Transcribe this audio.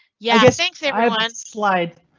yeah yeah thanks everyone slide.